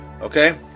Okay